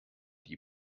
die